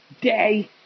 day